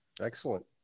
Excellent